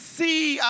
See